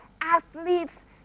athletes